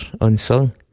Unsung